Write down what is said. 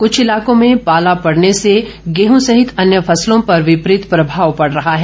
कुछ इलाकों में पाला पड़ने से गेहूं सहित अन्य फसलों पर विपरीत प्रभाव पड़ रहा है